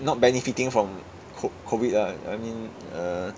not benefiting from co~ COVID ah I mean err